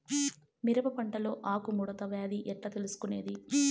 మిరప పంటలో ఆకు ముడత వ్యాధి ఎట్లా తెలుసుకొనేది?